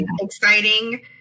Exciting